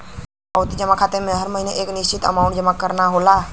आवर्ती जमा खाता में हर महीने एक निश्चित अमांउट जमा करना होला